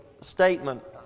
statement